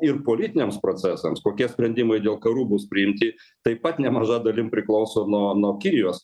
ir politiniams procesams kokie sprendimai dėl karų bus priimti taip pat nemaža dalim priklauso nuo nuo kinijos